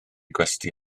gwesty